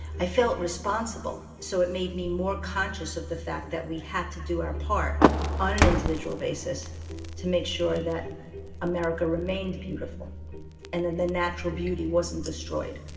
i felt responsible, so it made me more conscious of the fact that we had to do our part on an individual basis to make sure that america remained beautiful and that the natural beauty wasn't destroyed